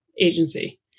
agency